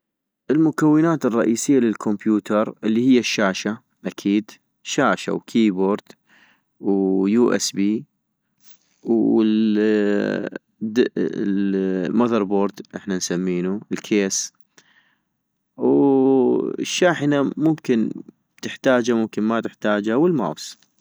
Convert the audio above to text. المكونات الرئيسية للكمبيوتر الي هي الشاشة اكيد شاشة وكيبورد ويو اس بي والدأ- المذربورد احنا نسمينو الكيس ، ووالشاحنة ممكن تحتاجا ممكن ما تحتاجا والماوس